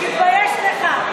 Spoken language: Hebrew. תתבייש לך.